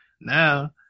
Now